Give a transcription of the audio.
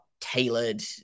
tailored